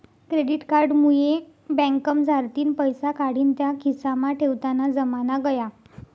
credit card मुये बँकमझारतीन पैसा काढीन त्या खिसामा ठेवताना जमाना गया